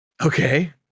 Okay